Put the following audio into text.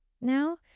now